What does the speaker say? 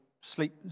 sleep